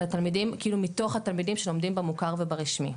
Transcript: מתוך התלמידים שלומדים במוכר וברשמי.